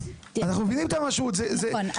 נכון.